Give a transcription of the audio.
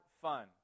fun